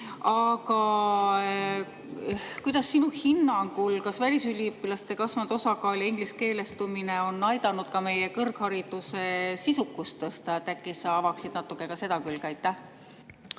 Aga kuidas sinu hinnang on: kas välisüliõpilaste kasvanud osakaal ja ingliskeelestumine on aidanud tõsta ka meie kõrghariduse sisukust? Äkki sa avad natuke ka seda külge.